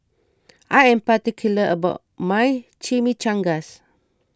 I am particular about my Chimichangas